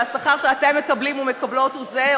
והשכר שאתם מקבלים ומקבלות הוא זהה,